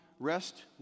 rest